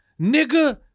nigger